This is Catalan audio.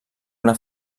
una